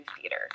theater